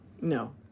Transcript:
no